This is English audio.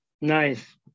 nice